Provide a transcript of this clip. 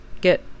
get